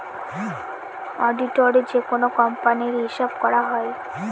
অডিটারে যেকোনো কোম্পানির হিসাব করা হয়